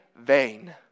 vain